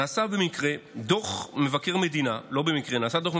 נעשה במקרה דוח מבקר המדינה,